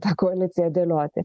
tą koaliciją dėlioti